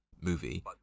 movie